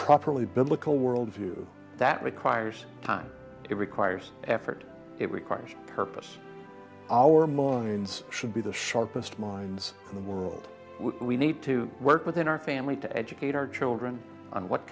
properly biblical worldview that requires time it requires effort it requires purpose our minds should be the sharpest minds in the world we need to work within our family to educate our children on what